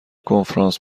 کنفرانس